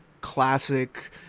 classic